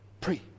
Pre